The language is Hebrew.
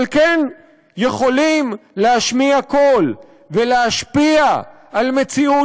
אבל כן יכולים להשמיע קול ולהשפיע על מציאות,